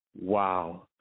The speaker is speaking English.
wow